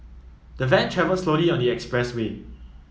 the van travelled slowly on the express way